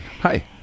Hi